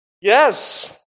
Yes